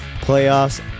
playoffs